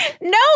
No